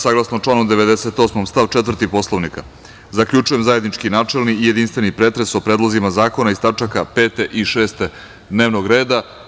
Saglasno članu 98. stav 4. Poslovnika zaključujem zajednički načelni i jedinstveni pretres o predlozima zakona iz tačaka 5. i 6. dnevnog reda.